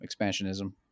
expansionism